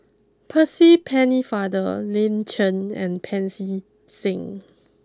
Percy Pennefather Lin Chen and Pancy Seng